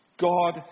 God